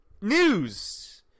news